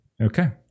okay